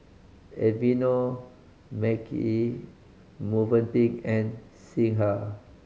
Aveeno Marche Movenpick and Singha